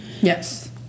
Yes